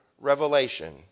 revelation